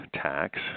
tax